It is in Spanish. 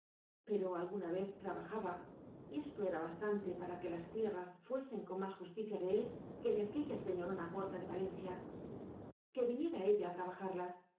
pero alguna vez trabajaba y esto era bastante para que las tierras fuesen con más justicia de él que de aquella señorona gorda de valencia que viniera ella á trabajarlas